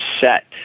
set